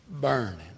burning